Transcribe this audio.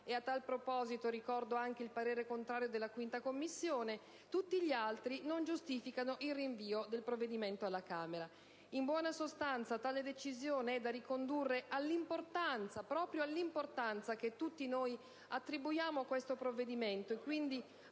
(a tal proposito ricordo anche il parere contrario della 5a Commissione); tutti gli altri non giustificano il rinvio del provvedimento alla Camera. In buona sostanza, tale decisione è da ricondurre all'importanza - proprio all'importanza - che tutti noi attribuiamo a questo provvedimento e quindi